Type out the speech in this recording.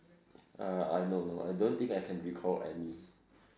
uh uh no no no I don't think I can recall any